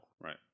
Right